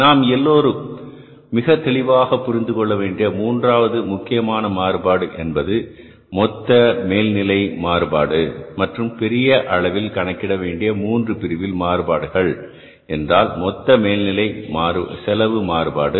நாம் எல்லோரும் மிக தெளிவாக புரிந்துகொள்ள வேண்டிய மூன்றாவது முக்கியமான மாறுபாடு என்பது மொத்த மேல் நிலை மாறுபாடு மற்றும் பெரிய அளவில் கணக்கிட வேண்டிய 3 பிரிவின் மாறுபாடுகள் என்றால் மொத்த மேல்நிலை செலவு மாறுபாடு